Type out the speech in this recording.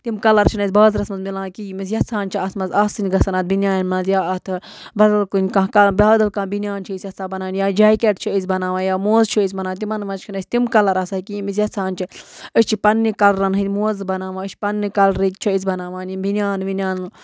تِم کَلَر چھِنہٕ اَسہِ بازرَس منٛز مِلان کِہیٖنۍ یِم أمِس یَژھان چھِ اَتھ منٛز آسٕنۍ گژھان اَتھ بِنٛیان منٛز یا اَتھ بَدَل کُنہِ کانٛہہ بادَل کانٛہہ بِنٛیان چھِ أسۍ یَژھان بَنان یا جیکٮ۪ٹ چھِ أسۍ بَناوان یا موزٕ چھِ أسۍ بَناوان تِمَن مَنٛز چھِنہٕ اَسہِ تِم کَلَر آسان کِہیٖنۍ ییٚمِس یَژھان چھِ أسۍ چھِ پَنٛنہِ کَلَن ہٕنٛدۍ موزٕ بَناوان أسۍ چھِ پَنٛنہِ کَلرٕکۍ چھِ أسۍ بَناوان یِم بِنٛیان وِنٛیان